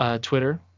Twitter